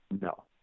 No